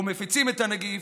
ומפיצים את הנגיף,